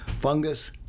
fungus